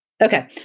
Okay